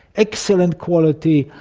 excellent quality.